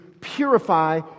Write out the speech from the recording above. purify